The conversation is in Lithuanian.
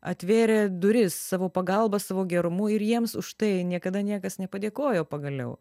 atvėrė duris savo pagalba savo gerumu ir jiems už tai niekada niekas nepadėkojo pagaliau